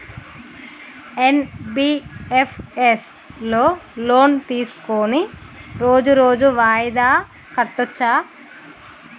NBFS లో loan తీస్కొని రోజు రోజు వాయిదా కట్టచ్ఛా?